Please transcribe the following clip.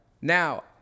Now